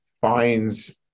finds